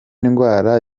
ndwara